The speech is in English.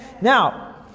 Now